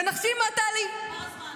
נגמר הזמן.